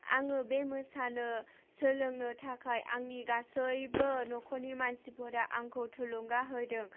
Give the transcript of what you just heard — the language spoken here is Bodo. आङो बे मोसानो सोलोंनो थाखाय आंनि गासैबो न'खरनि मानसिफोरा आंखौ थुलुंगा होदों